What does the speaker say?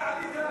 מתי עלית?